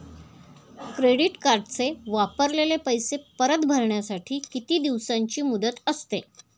Credit कार्डचे वापरलेले पैसे परत भरण्यासाठी किती दिवसांची मुदत असते?